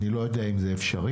אני לא יודע אם זה אפשרי,